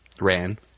Ran